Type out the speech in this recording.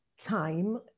time